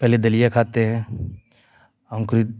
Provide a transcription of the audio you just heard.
पहले दलिया खाते हैं हम खुद